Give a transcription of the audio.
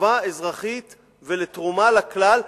חובה אזרחית ולתרומה לכלל,